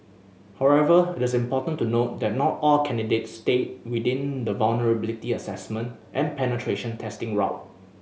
however it is important to note that not all candidates stay within the vulnerability assessment and penetration testing route